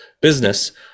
business